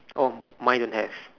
oh mine don't have